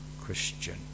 Christian